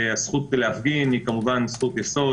הזכות להפגין היא זכות יסוד,